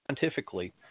scientifically